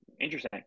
interesting